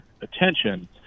attention